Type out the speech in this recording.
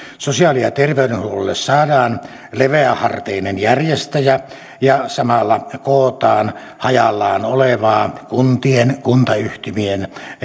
sosiaali ja terveydenhuollolle saadaan leveäharteinen järjestäjä ja samalla kootaan hajallaan olevaa kuntien kuntayhtymien